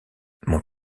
mon